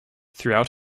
throughout